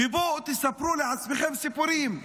ובו תספרו לעצמכם סיפורים.